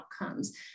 outcomes